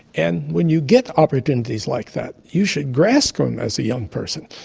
and when you get opportunities like that you should grasp them as a young person.